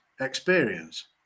experience